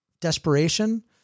desperation